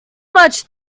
much